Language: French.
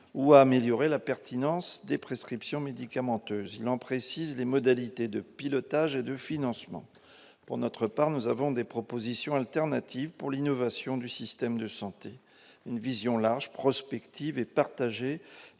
ou à améliorer la pertinence des prescriptions médicamenteuses. Il précise les modalités de pilotage et de financement d'un tel cadre. Pour notre part, nous avons des propositions alternatives pour l'innovation dans le système de santé : une vision large, prospective et partagée